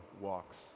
walks